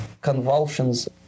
convulsions